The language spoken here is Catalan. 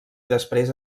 després